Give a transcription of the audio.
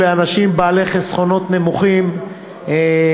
שבו אפשרנו לאנשים בעלי חסכונות נמוכים שהם